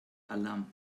alam